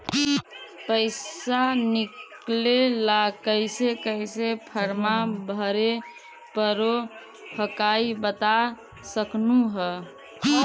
पैसा निकले ला कैसे कैसे फॉर्मा भरे परो हकाई बता सकनुह?